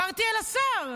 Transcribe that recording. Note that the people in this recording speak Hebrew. דיברתי על השר.